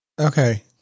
Okay